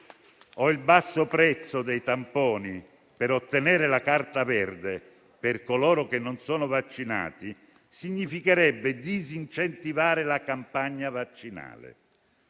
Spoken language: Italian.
del prezzo dei tamponi per ottenere la carta verde a favore di coloro che non sono vaccinati significherebbe disincentivare la campagna vaccinale.